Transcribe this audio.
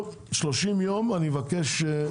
30 יום אני מבקש.